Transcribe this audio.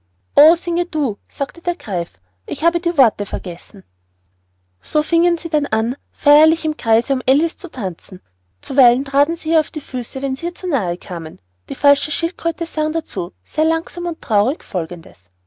du sagte der greif ich habe die worte vergessen so fingen sie denn an feierlich im kreise um alice zu tanzen zuweilen traten sie ihr auf die füße wenn sie ihr zu nahe kamen die falsche schildkröte sang dazu sehr langsam und traurig folgendes